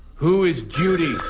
who is judy?